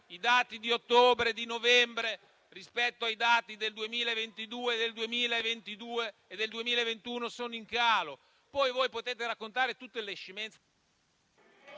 I dati di ottobre e di novembre, rispetto a quelli del 2022 e del 2021, sono in calo. Poi voi potete raccontare tutte le scemenze...